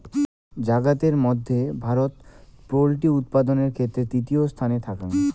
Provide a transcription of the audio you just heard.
জাগাতের মধ্যে ভারত পোল্ট্রি উৎপাদানের ক্ষেত্রে তৃতীয় স্থানে থাকাং